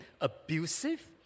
abusive